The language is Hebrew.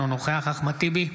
אינו נוכח אחמד טיבי,